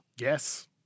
Yes